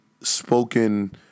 spoken